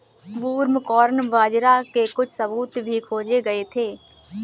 broomcorn बाजरा के कुछ सबूत भी खोजे गए थे